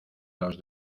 los